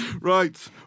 right